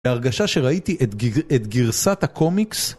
להרגשה שראיתי את גרסת הקומיקס